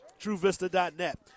TrueVista.net